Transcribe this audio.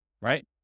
right